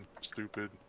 stupid